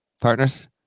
partners